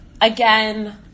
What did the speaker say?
again